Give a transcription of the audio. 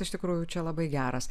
iš tikrųjų čia labai geras